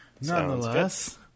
Nonetheless